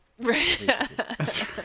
Right